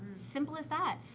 simple as that.